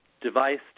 device